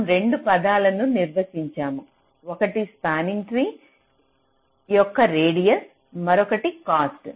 మనం 2 పదాలను నిర్వచించాము ఒకటి స్పానింగ్ ట్రీ యొక్క రేడియస్ మరియు కాస్ట్